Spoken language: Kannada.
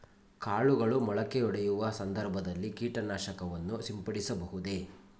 ಕಾಳುಗಳು ಮೊಳಕೆಯೊಡೆಯುವ ಸಂದರ್ಭದಲ್ಲಿ ಕೀಟನಾಶಕವನ್ನು ಸಿಂಪಡಿಸಬಹುದೇ?